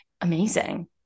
amazing